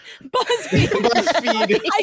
Buzzfeed